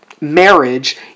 marriage